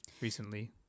recently